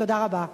תודה רבה.